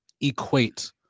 equate